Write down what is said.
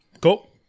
Cool